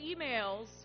emails